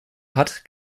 hat